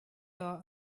saw